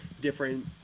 different